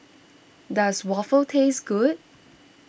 does Waffle taste good